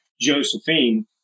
Josephine